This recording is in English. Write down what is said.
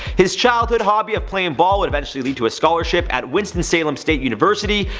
his childhood hobby of playing ball would eventually lead to a scholarship at winston salem state university,